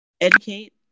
educate